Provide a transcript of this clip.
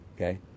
Okay